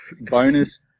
bonus